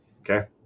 Okay